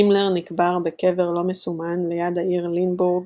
הימלר נקבר בקבר לא מסומן ליד העיר לינבורג